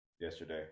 yesterday